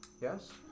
Yes